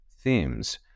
themes